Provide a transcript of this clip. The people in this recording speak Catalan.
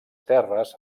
terres